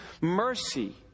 mercy